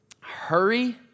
hurry